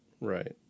Right